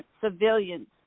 civilians